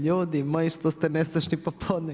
Ljudi moji što ste nestašni popodne.